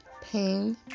pain